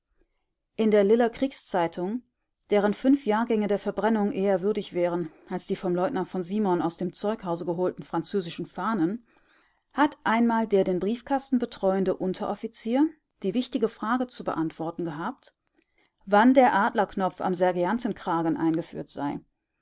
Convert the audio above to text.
in der liller kriegszeitung deren fünf jahrgänge der verbrennung eher würdig wären als die von leutnant v simon aus dem zeughause geholten französischen fahnen hat einmal der den briefkasten betreuende unteroffizier die wichtige frage zu beantworten gehabt wann der adlerknopf am sergeantenkragen eingeführt sei